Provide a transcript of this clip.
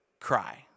cry